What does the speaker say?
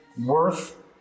worth